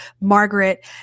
Margaret